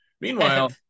Meanwhile